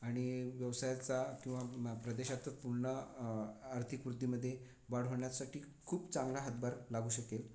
आणि व्यवसायाचा किंवा प्रदेशात पूर्ण आर्थिक वृद्धीमध्ये वाढ होण्यासाठी खूप चांगला हातभार लागू शकेल